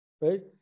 Right